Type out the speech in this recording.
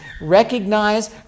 Recognize